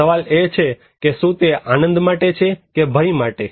હવે સવાલ એ છે કે શું તે આનંદ માટે છે કે ભય માટે